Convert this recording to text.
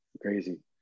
Crazy